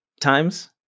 times